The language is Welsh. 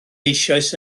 eisoes